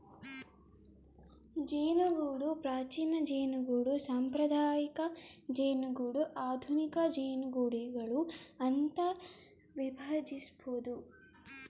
ಜೇನುಗೂಡು ಪ್ರಾಚೀನ ಜೇನುಗೂಡು ಸಾಂಪ್ರದಾಯಿಕ ಜೇನುಗೂಡು ಆಧುನಿಕ ಜೇನುಗೂಡುಗಳು ಅಂತ ವಿಭಜಿಸ್ಬೋದು